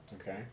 Okay